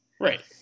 right